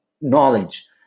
knowledge